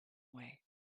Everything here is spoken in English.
way